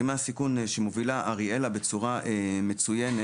שמובלים על ידי אריאלה בצורה מצוינת